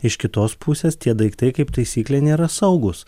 iš kitos pusės tie daiktai kaip taisyklė nėra saugūs